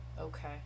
Okay